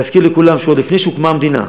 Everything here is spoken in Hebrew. להזכיר לכולם שעוד לפני שהוקמה המדינה,